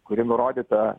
kuri nurodyta